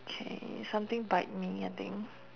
okay something bite me I think